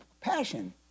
passion